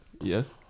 Yes